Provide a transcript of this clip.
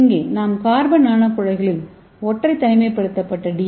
இங்கே நாம் கார்பன் நானோகுழாய்களில் ஒற்றை தனிமைப்படுத்தப்பட்ட டி